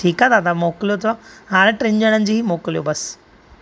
ठीकु आहे दादा मोकिलियो त हाणे टिनि ॼणनि जी मोकिलियो बसि